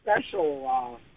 special